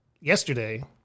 yesterday